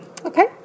Okay